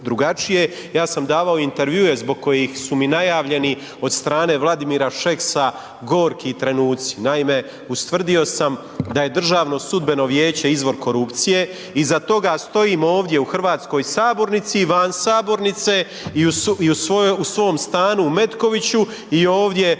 Ja sam davao intervjue zbog kojih su mi najavljeni od strane Vladimira Šeksa gorki trenuci. Naime, ustvrdio sam da je Državno sudbeno vijeće izvor korupcije, iza toga stojim ovdje u hrvatskoj sabornici i van sabornice i u svom stanu u Metkoviću i ovdje u stanu